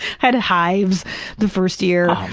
had hives the first year.